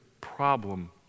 problem